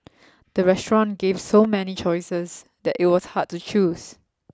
the restaurant gave so many choices that it was hard to choose